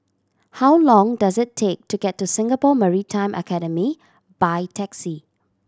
how long does it take to get to Singapore Maritime Academy by taxi